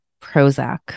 Prozac